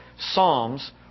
Psalms